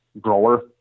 grower